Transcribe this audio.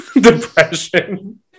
Depression